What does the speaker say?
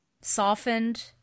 Softened